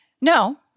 No